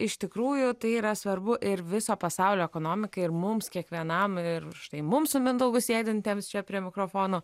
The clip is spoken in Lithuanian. iš tikrųjų tai yra svarbu ir viso pasaulio ekonomikai ir mums kiekvienam ir štai mums su mindaugu sėdintiems čia prie mikrofono